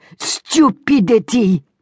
stupidity